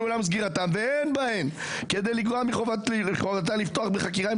ניהולם וסגירתם ואין בהם כדי לגרוע מחובתה לפתוח בחקירה אם